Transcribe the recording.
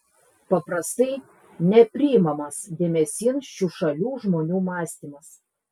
paprastai nepriimamas dėmesin šių šalių žmonių mąstymas